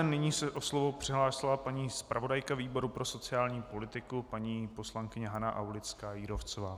Nyní se o slovo přihlásila paní zpravodajka výboru pro sociální politiku, paní poslankyně Hana AulickáJírovcová.